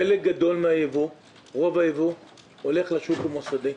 חלק גדול מן הייבוא, רוב הייבוא הולך לשוק המוסדי.